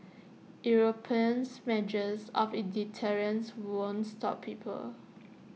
Europeans measures of deterrence won't stop people